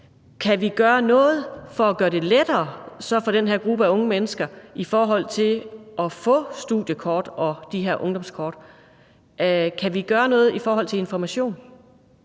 Kan vi gøre noget for at gøre det lettere for den her gruppe af unge mennesker i forhold til at få studiekort og de her ungdomskort? Kan vi gøre noget i forhold til information?